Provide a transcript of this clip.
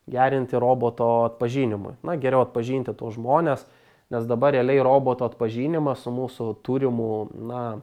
gerinti roboto atpažinimui na geriau atpažinti tuos žmones nes dabar realiai roboto atpažinimas su mūsų turimu na